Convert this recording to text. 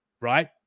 right